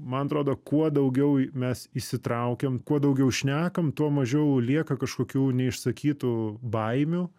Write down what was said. man atrodo kuo daugiau i mes įsitraukiam kuo daugiau šnekam tuo mažiau lieka kažkokių neišsakytų baimių